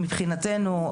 מבחינתנו,